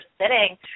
sitting